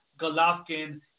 Golovkin